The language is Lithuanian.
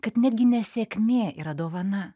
kad netgi nesėkmė yra dovana